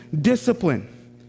discipline